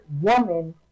woman